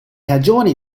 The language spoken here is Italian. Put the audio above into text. ragioni